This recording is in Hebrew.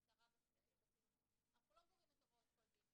יש חשד סביר לפגיעה שהיא או פלילית או שהיא באמת חריגה.